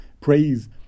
praise